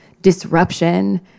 disruption